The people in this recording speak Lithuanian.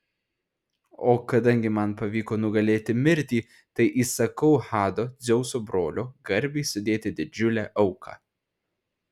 o kadangi man pavyko nugalėti mirtį tai įsakau hado dzeuso brolio garbei sudėti didžiulę auką